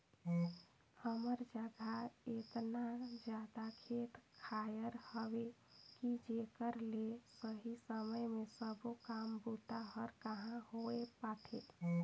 हमर जघा एतना जादा खेत खायर हवे कि जेकर ले सही समय मे सबो काम बूता हर कहाँ होए पाथे